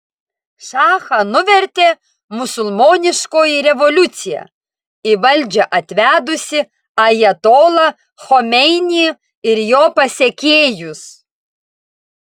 šachą nuvertė musulmoniškoji revoliucija į valdžią atvedusi ajatolą chomeinį ir jo pasekėjus